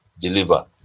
deliver